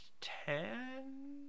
ten